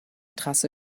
trasse